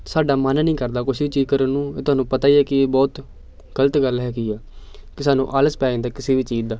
ਸਾਡਾ ਮਨ ਨਹੀਂ ਕਰਦਾ ਕੁਛ ਵੀ ਚੀਜ਼ ਕਰਨ ਨੂੰ ਤੁਹਾਨੂੰ ਪਤਾ ਹੀ ਹੈ ਕਿ ਇਹ ਬਹੁਤ ਗਲਤ ਗੱਲ ਹੈਗੀ ਆ ਕਿ ਸਾਨੂੰ ਆਲਸ ਪੈ ਜਾਂਦਾ ਕਿਸੇ ਵੀ ਚੀਜ਼ ਦਾ